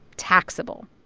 taxable.